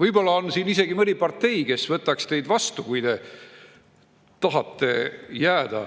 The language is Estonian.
Võib-olla on siin isegi mõni partei, kes võtaks teid vastu, kui te tahate jääda